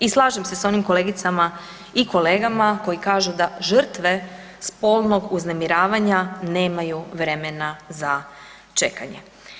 I slažem se s onim kolegicama i kolegama koji kažu da žrtve spolnog uznemiravanja nemaju vremena za čekanje.